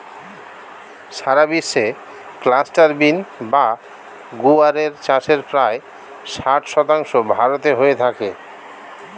সারা বিশ্বে cluster bean বা গুয়ার এর চাষের প্রায় ষাট শতাংশ ভারতে হয়ে থাকে